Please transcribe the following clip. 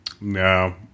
No